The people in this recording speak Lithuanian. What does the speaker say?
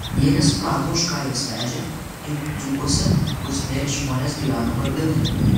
jie nesuprato už ką juos vežė juk dzūkuose kur smėlis žmonės gyveno varganai